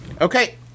Okay